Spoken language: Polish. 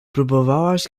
próbowałaś